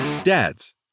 Dads